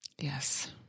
Yes